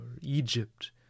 Egypt